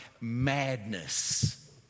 madness